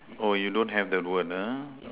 oh you don't have the word uh